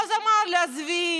ואז הוא אמר לי: עזבי,